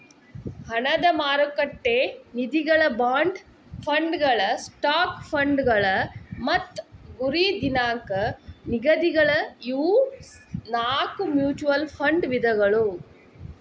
ಹಣದ ಮಾರುಕಟ್ಟೆ ನಿಧಿಗಳ ಬಾಂಡ್ ಫಂಡ್ಗಳ ಸ್ಟಾಕ್ ಫಂಡ್ಗಳ ಮತ್ತ ಗುರಿ ದಿನಾಂಕ ನಿಧಿಗಳ ಇವು ನಾಕು ಮ್ಯೂಚುಯಲ್ ಫಂಡ್ ವಿಧಗಳ